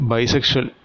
Bisexual